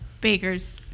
Bakers